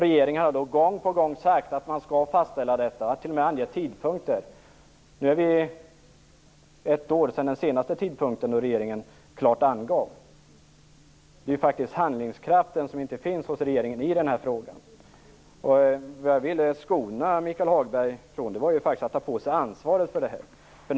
Regeringen har då gång på gång sagt att man skall fastställa detta och har t.o.m. angett tidpunkter. Det är nu ett år sedan som regeringen senast klart angav en tidpunkt. Det är handlingskraften som inte finns hos regeringen i den här frågan. Vad jag ville skona Michael Hagberg från var att ta på sig ansvaret för det här.